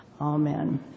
Amen